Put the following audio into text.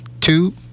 two